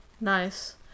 Nice